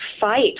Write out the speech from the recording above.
fight